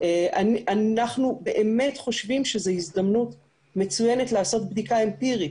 אנחנו באמת חושבים שזו הזדמנות מצוינת לעשות בדיקה אמפירית,